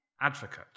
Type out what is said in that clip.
advocate